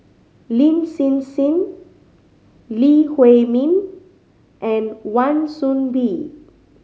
Lin Hsin Hsin Lee Huei Min and Wan Soon Bee